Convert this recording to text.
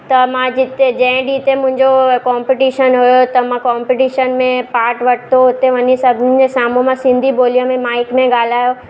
त मां जिते जंहिं ॾींहुं ते मुंहिंजो कॉम्पिटीशन हुयो त मां कॉम्पिटीशन में पार्ट वरितो हुते वञी सभिनीनि जे साम्हूं मां सिंधी ॿोलीअ में माइक में ॻाल्हायो